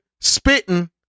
spitting